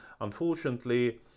unfortunately